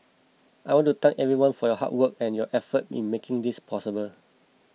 I want to thank everyone for your hard work and your effort in making this possible